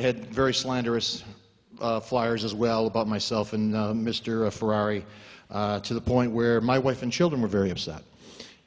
had very slanderous fliers as well about myself and mr a ferrari to the point where my wife and children were very upset